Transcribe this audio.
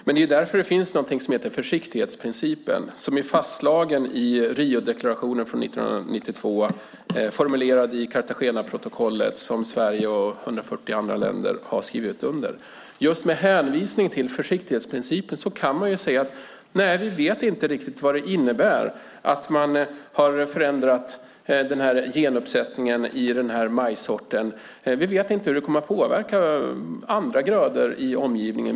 Men det är därför det finns någonting som heter försiktighetsprincipen, som är fastslagen i Riodeklarationen från 1992, formulerad i Cartagenaprotokollet, som Sverige och 140 andra länder har skrivit under. Just med hänvisning till försiktighetsprincipen kan man säga: Nej, vi vet inte riktigt vad det innebär att man har förändrat genuppsättningen i den här majssorten. Vi vet inte hur det kommer att påverka andra grödor i omgivningen.